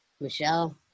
Michelle